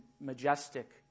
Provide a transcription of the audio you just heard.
majestic